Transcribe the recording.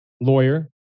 lawyer